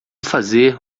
fazer